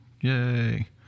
Yay